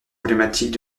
emblématiques